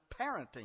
parenting